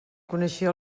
coneixia